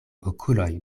okuloj